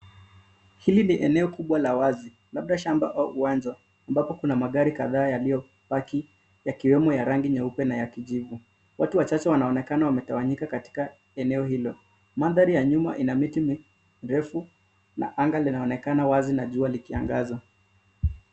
Hili ni eneo kubwa la wazi labda shamba au uwanja ambapo kuna magari kadhaa yaliyopaki yakiwemo ya rangi nyeupe na ya kijivu. Watu wachache wanaonekana wametawanyika katika eneo hilo. Mandhari ya nyuma ina miti mirefu na anga linaonekana wazi na jua likiangaza.